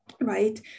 Right